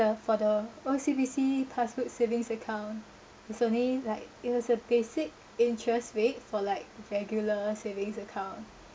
for the O_C_B_C passbook savings account it's only like it was a basic interest rate for like regular savings account